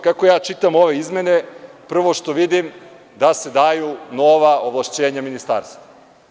Kako ja čitam ove izmene, prvo što vidim da se daju nova ovlašćenja ministarstvu.